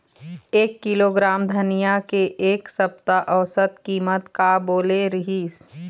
एक किलोग्राम धनिया के एक सप्ता औसत कीमत का बोले रीहिस?